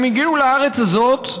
הם הגיעו לארץ הזאת,